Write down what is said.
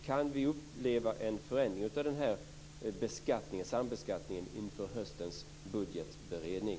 Kan vi uppleva en förändring av sambeskattningen inför höstens budgetberedning?